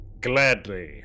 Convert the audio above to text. Gladly